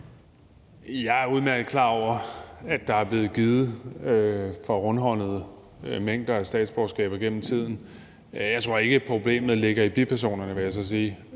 Jeg er udmærket klar over, at der for rundhåndet er blevet givet mængder af statsborgerskaber igennem tiden. Jeg tror ikke, at problemet ligger i bipersonerne, vil jeg så sige.